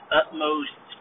utmost